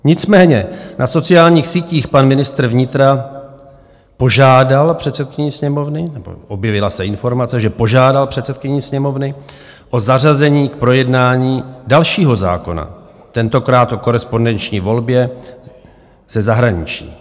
Nicméně na sociálních sítích pan ministr vnitra požádal předsedkyni Sněmovny, nebo objevila se informace, že požádal předsedkyni Sněmovny o zařazení k projednání dalšího zákona, tentokrát o korespondenční volbě ze zahraničí.